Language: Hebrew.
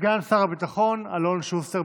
סגן שר הביטחון אלון שוסטר.